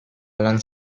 alan